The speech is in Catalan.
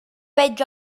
veig